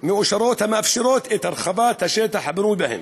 מאושרות המאפשרות את הרחבת השטח הבנוי בהם,